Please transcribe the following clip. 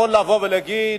יכול לבוא ולהגיד: